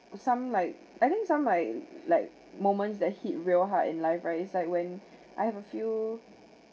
some like I think some like like moments that hit real hard in life right it's like when I have a few